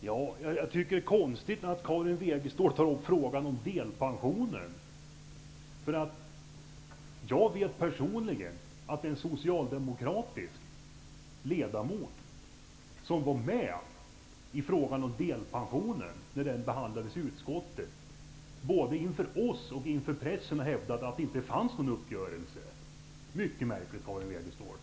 Herr talman! Jag tycker att det är konstigt att Karin Wegestål tar upp frågan om delpensionen. Jag vet personligen att en socialdemokratisk ledamot, som var med när frågan om delpensionen behandlades i utskottet, både inför oss och inför pressen har hävdat att det inte fanns någon uppgörelse. Mycket märkligt, Karin Wegestål!